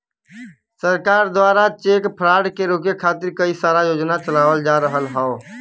सरकार दवारा check fraud के रोके खातिर कई सारा योजना चलावल जा रहल हौ